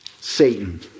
Satan